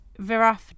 Viraf